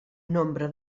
nombre